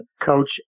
coach